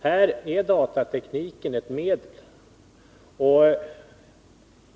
Här är datatekniken ett medel.